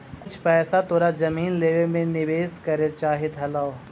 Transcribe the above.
कुछ पइसा तोरा जमीन लेवे में निवेश करे चाहित हलउ